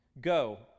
Go